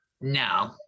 No